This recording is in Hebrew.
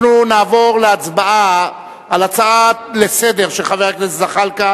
אנחנו נעבור להצבעה על הצעה לסדר-היום של חבר הכנסת זחאלקה